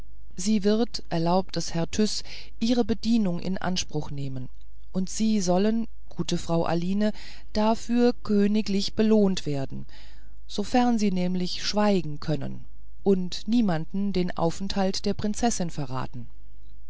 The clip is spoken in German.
sie wird erlaubt es herr tyß ihre bedienung in anspruch nehmen und sie sollen gute frau aline dafür königlich belohnt werden insofern sie nämlich schweigen können und niemanden den aufenthalt der prinzessin verraten